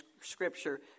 Scripture